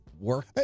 work